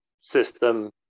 system